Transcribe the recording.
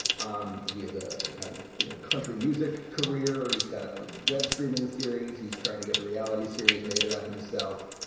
um he is a kind of, you know, country music career. he's got a web streaming series. he's trying to get a reality series made about himself.